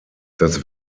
das